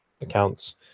accounts